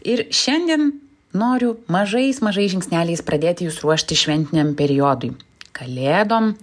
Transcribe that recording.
ir šiandien noriu mažais mažais žingsneliais pradėti jus ruošti šventiniam periodui kalėdom